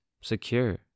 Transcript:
secure